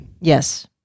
Yes